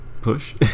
push